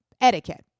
Etiquette